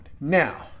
Now